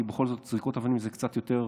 כי בכל זאת זריקות אבנים זה קצת יותר